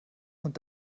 und